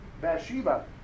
Bathsheba